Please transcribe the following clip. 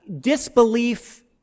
disbelief